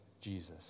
Jesus